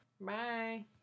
Bye